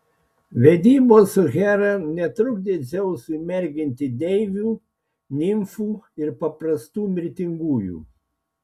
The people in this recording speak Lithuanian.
vedybos su hera netrukdė dzeusui merginti deivių nimfų ir paprastų mirtingųjų